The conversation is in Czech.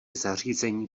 zařízení